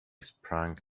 sprang